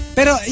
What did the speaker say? Pero